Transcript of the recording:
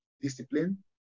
discipline